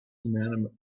inanimate